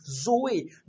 Zoe